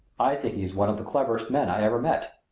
i think he is one of the cleverest men i ever met.